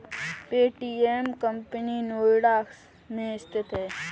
Paytm company Noida में स्थित है